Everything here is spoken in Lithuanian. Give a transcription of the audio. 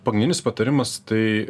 pagrindinis patarimas tai